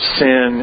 sin